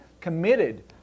committed